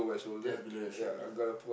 just below your shoulder